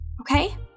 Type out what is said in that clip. Okay